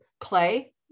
play